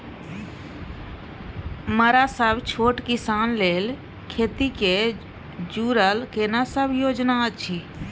मरा सब छोट किसान लेल खेती से जुरल केना सब योजना अछि?